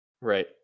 Right